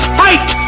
fight